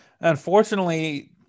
unfortunately